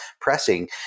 pressing